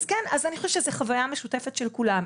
אז כן, אני חושבת שזאת חוויה משותפת של כולם.